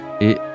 et